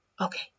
Okay